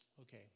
Okay